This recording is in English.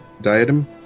diadem